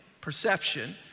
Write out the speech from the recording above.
perception